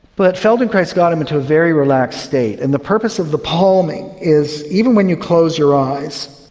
but feldenkrais got him into a very relaxed state, and the purpose of the palming is even when you close your eyes,